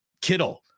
Kittle